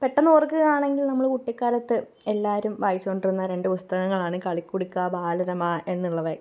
പെട്ടെന്ന് ഓര്ക്കുകയാണെങ്കില് നമ്മള് കുട്ടിക്കാലത്ത് എല്ലാവരും വായിച്ചു കൊണ്ടിരുന്ന രണ്ട് പുസ്തകങ്ങളാണ് കളിക്കുടുക്ക ബാലരമ എന്നുള്ളവയൊക്കെ